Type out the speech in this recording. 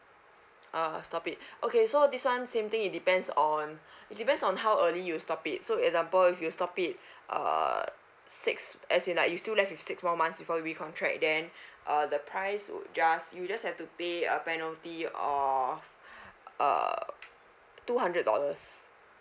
uh stop it okay so this one same thing it depends on it depends on how early you stop it so example if you stop it err sixth as in like you still left with six more months before you recontract again err the price would just you just have to pay a penalty of err two hundred dollars